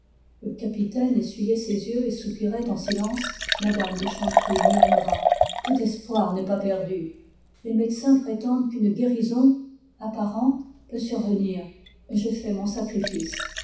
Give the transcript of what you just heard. le capitaine essuyait ses yeux et soupirait en silence me m de chanteprie murmura les médecins prétendent qu'une guérison apparente peut survenir mais j'ai fait mon sacrifice